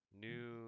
new